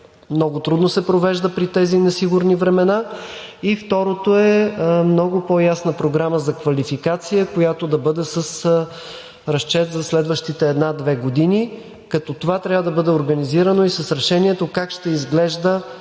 много трудно се провежда при тези несигурни времена. И второто е много по-ясната програма за квалификация, която да бъде с разчет за следващите една-две години, като това трябва да бъде организирано и с решение как ще изглежда